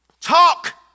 Talk